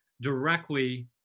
directly